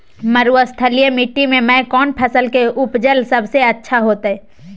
मरुस्थलीय मिट्टी मैं कौन फसल के उपज सबसे अच्छा होतय?